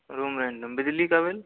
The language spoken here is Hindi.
रूम रेंट बिजली का बिल